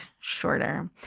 shorter